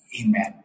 Amen